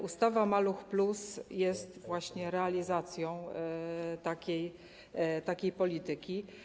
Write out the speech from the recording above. Ustawa „Maluch+” jest właśnie realizacją takiej polityki.